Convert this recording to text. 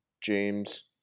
James